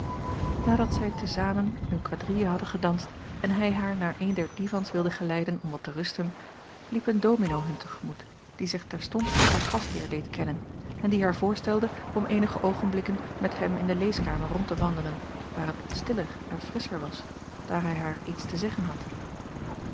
nadat zij te zaraen eene quadrille hadden gedanst en hij haar naar een der divans wilde geleiden om wat te rusten liep een domino hun te gemoet die zich terstond als haar gastheer deed kennen en die haar voorstelde om eenige oogenblikken met hem in de leeskamer rond te wandelen waar het stiller en frisscher was daar hij haar iets te zeggen had